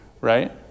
right